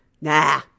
Nah